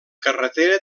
carretera